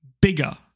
Bigger